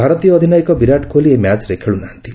ଭାରତୀୟ ଅଧିନାୟକ ବିରାଟ କୋହଲି ଏହି ମ୍ୟାଚ୍ରେ ଖେଳୁନାହାନ୍ତି